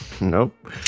Nope